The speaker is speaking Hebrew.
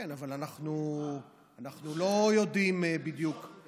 זה רק ימשוך את זה.